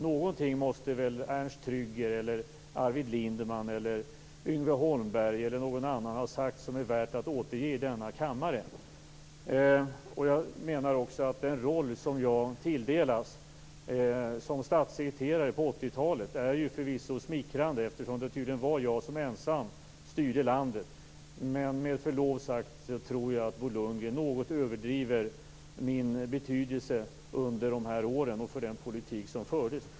Någonting måste väl Ernst Trygger, Arvid Lindman, Yngve Holmberg eller någon annan ha sagt som är värt att återge i denna kammare. Jag menar också att den roll som jag tilldelas som statssekreterare på 80-talet förvisso är smickrande, eftersom jag tydligen ensam styrde landet. Men med förlov sagt tror jag att Bo Lundgren något överdriver min betydelse för den politik som fördes under de här åren.